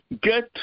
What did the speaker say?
get